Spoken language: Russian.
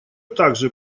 также